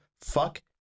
fuck